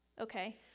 okay